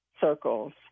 circles